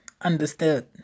Understood